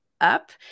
up